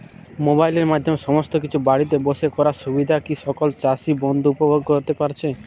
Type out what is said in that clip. মোবাইলের মাধ্যমে সমস্ত কিছু বাড়িতে বসে করার সুবিধা কি সকল চাষী বন্ধু উপভোগ করতে পারছে?